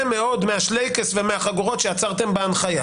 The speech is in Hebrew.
מאוד מהשלייק'ס ומהחגורות שיצרתם בהנחיה